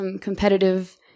competitive